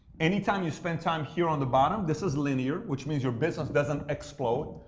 any time you spend time here on the bottom, this is linear, which means you're business doesn't explode.